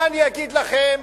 מה אני אגיד לכם,